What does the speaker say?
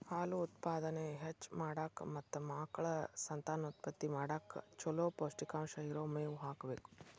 ಹಾಲು ಉತ್ಪಾದನೆ ಹೆಚ್ಚ್ ಮಾಡಾಕ ಮತ್ತ ಆಕಳ ಸಂತಾನೋತ್ಪತ್ತಿ ಮಾಡಕ್ ಚೊಲೋ ಪೌಷ್ಟಿಕಾಂಶ ಇರೋ ಮೇವು ಹಾಕಬೇಕು